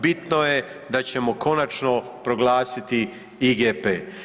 Bitno je da ćemo konačno proglasiti IGP.